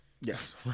yes